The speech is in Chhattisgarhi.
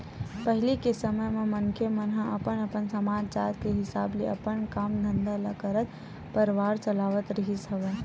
पहिली के समे म मनखे मन ह अपन अपन समाज, जात के हिसाब ले अपन काम धंधा ल करत परवार चलावत रिहिस हवय